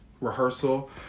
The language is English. rehearsal